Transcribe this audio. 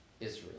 Israel